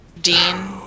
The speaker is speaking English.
Dean